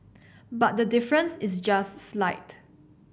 but the difference is just slight